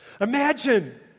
Imagine